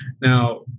Now